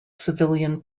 civilian